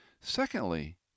Secondly